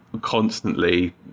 constantly